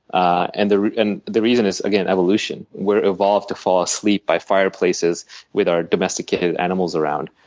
ah and the and the reason is, again, evolution. we're evolved to fall asleep by fireplaces with our domesticated animals around.